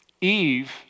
Eve